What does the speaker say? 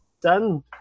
done